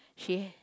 she